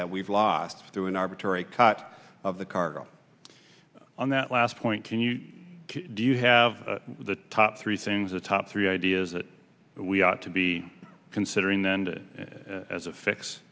that we've lost through an arbitrary cut of the cargo on that last point can you do you have the top three things the top three ideas that we ought to be considering then as a fix